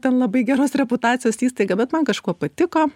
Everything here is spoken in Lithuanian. ten labai geros reputacijos įstaiga bet man kažkuo patiko